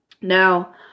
Now